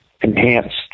enhanced